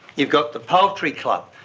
you've got the poultry club,